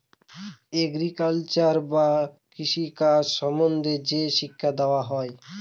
agriculture বা কৃষি কাজ সম্বন্ধে যে শিক্ষা দেওয়া হয়